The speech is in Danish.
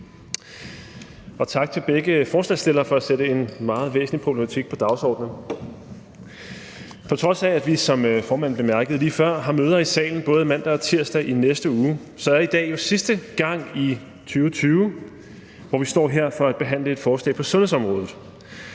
tak til begge forslagsstillere for at sætte en meget væsentlig problematik på dagsordenen. På trods af at vi, som formanden bemærkede lige før, har møder i salen både mandag og tirsdag i næste uge, er i dag jo sidste gang i 2020, hvor vi står her for at behandle et forslag på sundhedsområdet.